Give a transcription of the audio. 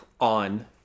On